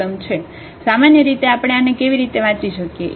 સામાન્ય રીતે આપણે આને કેવી રીતે વાંચી શકીએ